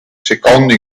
secondo